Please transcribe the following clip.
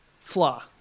flaw